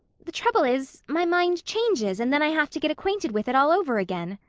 the trouble is, my mind changes and then i have to get acquainted with it all over again.